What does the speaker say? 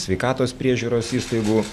sveikatos priežiūros įstaigų